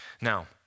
Now